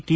T